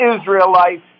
Israelites